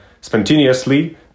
spontaneously